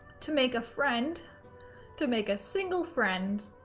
to make a friend to make a single friend